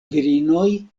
virinoj